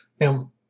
Now